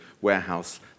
warehouse